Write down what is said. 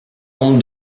nombre